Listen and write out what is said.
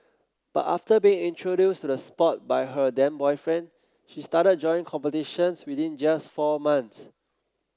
but after being introduced to the sport by her then boyfriend she started joining competitions within just four months